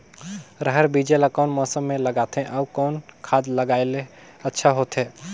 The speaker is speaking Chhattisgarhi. रहर बीजा ला कौन मौसम मे लगाथे अउ कौन खाद लगायेले अच्छा होथे?